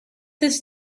this